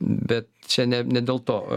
bet čia ne ne dėl to